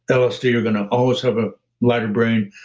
lsd, you're going to always have a lighter brain.